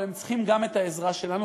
אבל הם צריכים גם את העזרה שלנו,